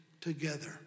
together